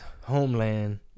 homeland